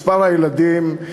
מספר הילדים,